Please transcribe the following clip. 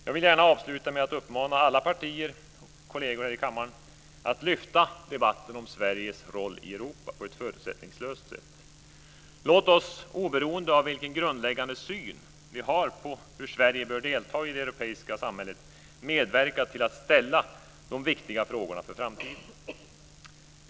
Jag vill gärna avsluta med att uppmana alla partier och kolleger här i kammaren att lyfta debatten om Sveriges roll i Europa på ett förutsättningslöst sätt. Låt oss, oberoende av vilken grundläggande syn vi har på hur Sverige bör delta i det europeiska samhället, medverka till att ställa de viktiga frågorna för framtiden.